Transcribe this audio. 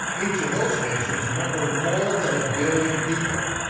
each of those nations number more than a billion people.